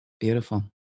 Beautiful